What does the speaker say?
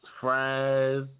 fries